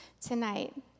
tonight